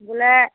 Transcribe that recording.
বোলে